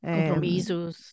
Compromissos